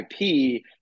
IP